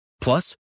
Plus